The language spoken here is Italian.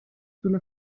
sulla